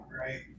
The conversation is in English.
Right